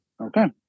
Okay